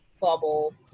bubble